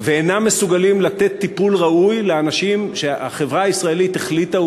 ואינה מסוגלת לתת טיפול ראוי לאנשים שהחברה הישראלית החליטה,